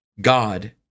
God